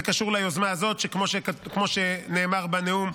זה קשור ליוזמה הזאת, כמו שנאמר בנאום,